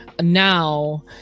now